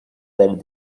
del